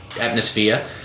atmosphere